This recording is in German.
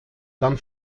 dann